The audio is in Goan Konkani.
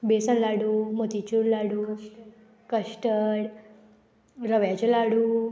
बेसन लाडू मोतिचूर लाडू कश्टड रव्याचे लाडू